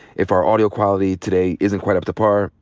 if our audio quality today isn't quite up to par,